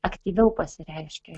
aktyviau pasireiškė